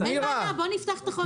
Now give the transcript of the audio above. --- בואו נפתח את החוק.